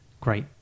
great